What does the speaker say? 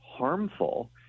Harmful